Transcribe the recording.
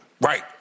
Right